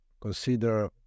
consider